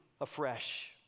afresh